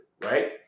right